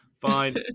fine